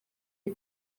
iyi